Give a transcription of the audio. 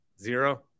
zero